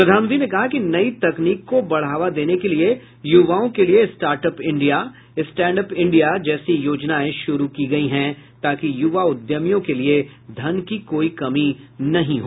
प्रधानमंत्री ने कहा कि नई तकनीक को बढ़ावा देने के लिए यूवाओं के लिए start up India stand up India जैसी योजनाएं शुरू की गयी है ताकि यूवा उद्यमियों के लिए धन की कोई कमी नहीं हो